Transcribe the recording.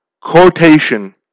quotation